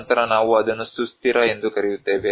ನಂತರ ನಾವು ಅದನ್ನು ಸುಸ್ಥಿರ ಎಂದು ಕರೆಯುತ್ತೇವೆ